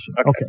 Okay